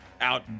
out